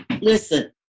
listen